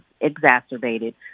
exacerbated